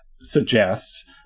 suggests